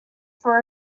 for